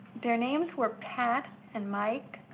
their names were pat and mike.